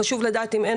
אם אין,